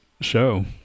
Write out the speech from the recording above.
show